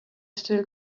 still